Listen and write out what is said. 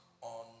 on